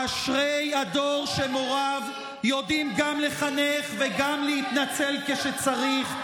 אשרי הדור שמוריו יודעים גם לחנך וגם להתנצל כשצריך.